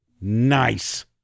Nice